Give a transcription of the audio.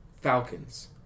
Falcons